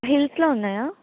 హీల్స్లో ఉన్నాయా